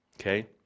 okay